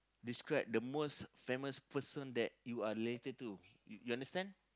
describe the most famous person that you are related to you you understand